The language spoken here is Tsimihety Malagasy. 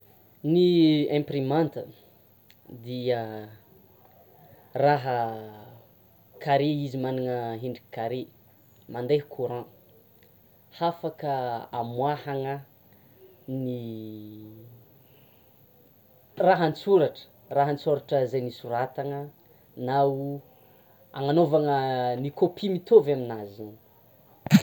Ny imprimante, dia raha carré izy manana hendrika carré; mandeha courant; hafaka hamoahana ny raha an-tsoratra, raha an-tsoratra zegny soratana na ho hagnanaovana ny copie mitovy aminanjy zegny.